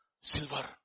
silver